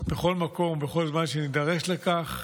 שבכל מקום ובכל זמן שנידרש לכך,